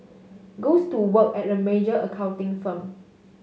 goes to work at a major accounting firm